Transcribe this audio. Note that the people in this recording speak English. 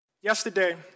Yesterday